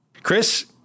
chris